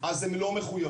אז הם לא מחויבים.